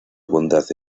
bondad